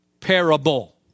Parable